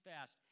fast